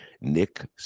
nick